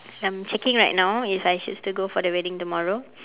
I'm checking right now if I should still go for the wedding tomorrow